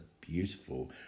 beautiful